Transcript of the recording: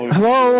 Hello